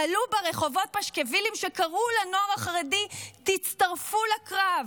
תלו ברחובות פשקווילים שקראו לנוער החרדי: תצטרפו לקרב,